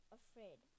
afraid